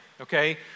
okay